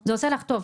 זה עושה לך טוב,